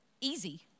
easy